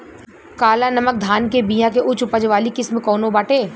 काला नमक धान के बिया के उच्च उपज वाली किस्म कौनो बाटे?